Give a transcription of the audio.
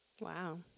Wow